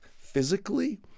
physically